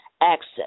access